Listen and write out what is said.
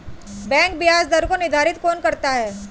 Bank ब्याज दर को निर्धारित कौन करता है?